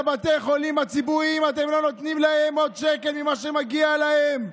לבתי החולים הציבוריים אתם לא נותנים להם עוד שקל ממה שמגיע להם.